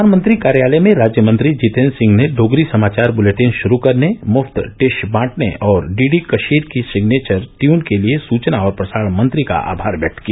प्रधानमंत्री कार्यालय में राज्यमंत्री जितेन्द्र सिंह ने डोगरी समाचार बुलेटिन शुरू करने मुफ्त डिश बांटने और डीडी कशीर की सिग्नेचर ट्यून के लिए सूचना और प्रसारण मंत्री का आभार व्यक्त किया